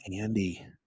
Andy